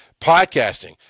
Podcasting